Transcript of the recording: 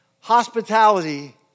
hospitality